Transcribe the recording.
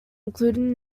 included